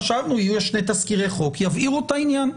חשבנו שיהיו שני תזכירי חוק שיבהירו את העניין.